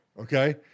okay